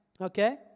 Okay